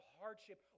hardship